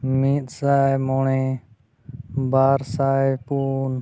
ᱢᱤᱫ ᱥᱟᱭ ᱢᱚᱬᱮ ᱵᱟᱨ ᱥᱟᱭ ᱯᱩᱱ